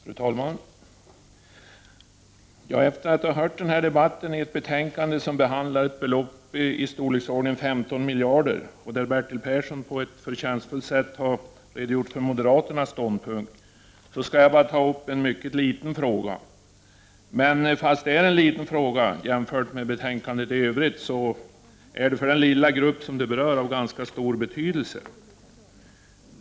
Fru talman! Efter att ha hört debatten om ett betänkande, där belopp i storleksordningen 15 miljarder behandlas, en debatt där Bertil Persson på ett förtjänstfullt sätt har redogjort för moderaternas ståndpunkt, skall jag bara ta upp en mycket liten fråga. Även om det är en liten fråga jämfört med frågorna i övrigt i betänkandet är den för den lilla grupp som den berör av ganska stor betydelse.